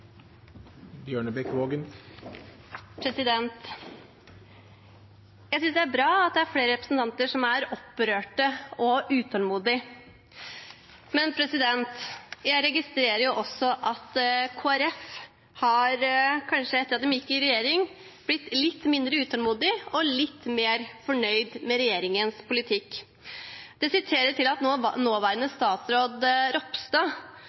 bra at det er flere representanter som er opprørt og utålmodige. Men jeg registrerer også at Kristelig Folkeparti, kanskje etter at de gikk i regjering, har blitt litt mindre utålmodige og litt mer fornøyd med regjeringens politikk. Det vises til at nåværende statsråd Ropstad skal koordinere dette arbeidet, og man er nå